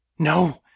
No